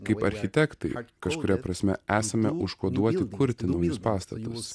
kaip architektai kažkuria prasme esame užkoduoti kurti naujus pastatus